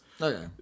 Okay